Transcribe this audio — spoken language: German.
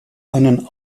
einen